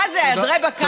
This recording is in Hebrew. מה זה, עדרי בקר?